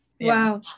Wow